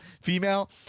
female